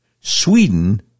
Sweden